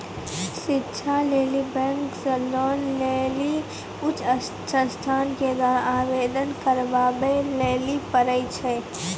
शिक्षा लेली बैंक से लोन लेली उ संस्थान के द्वारा आवेदन करबाबै लेली पर छै?